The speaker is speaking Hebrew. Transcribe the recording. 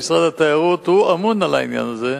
משרד התיירות אמון על העניין הזה,